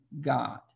God